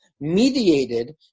mediated